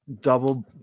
double